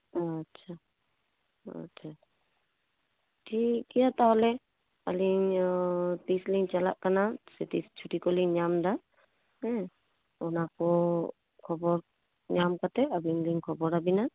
ᱟᱪᱪᱷᱟ ᱟᱪᱪᱷᱟ ᱴᱷᱤᱠᱜᱮᱭᱟ ᱛᱟᱦᱞᱮ ᱟᱹᱞᱤᱧ ᱛᱤᱥᱞᱤᱧ ᱪᱟᱞᱟᱜ ᱠᱟᱱᱟ ᱛᱤᱥ ᱪᱷᱩᱴᱤ ᱠᱚᱞᱤᱧ ᱧᱟᱢᱫᱟ ᱦᱮᱸ ᱚᱱᱟᱠᱚ ᱠᱷᱚᱵᱚᱨ ᱧᱟᱢ ᱠᱟᱛᱮ ᱟᱹᱵᱤᱱ ᱞᱤᱧ ᱠᱷᱚᱵᱚᱨᱟᱵᱤᱱᱟ